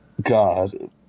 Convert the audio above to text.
God